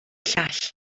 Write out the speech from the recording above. llall